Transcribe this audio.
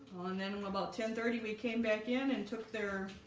then about ten thirty we came back in and took their